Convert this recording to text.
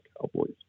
Cowboys